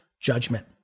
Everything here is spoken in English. judgment